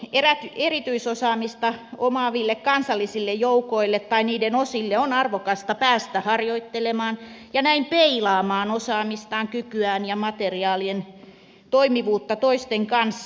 toki erityisosaamista omaaville kansallisille joukoille tai niiden osille on arvokasta päästä harjoittelemaan ja näin peilaamaan osaamistaan kykyään ja materiaaliensa toimivuutta toisten kanssa